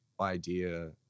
idea